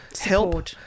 help